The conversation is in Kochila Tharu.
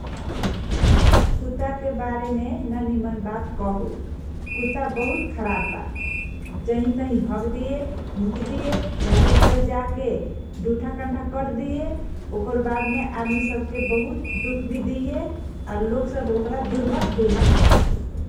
कुत्ताके बारेमे नमीन बात कहु, कुत्ता बहुत खराब बा जही तही हगदेइऐ, मुत दिइए, घरे घरे जाके दुथा कन्ठा करदिइए ओकर वाद मे आदमी सबके बहुत दुख भी दिइए आ लोग सब ओकरा दुरमार दुरमार करैए ।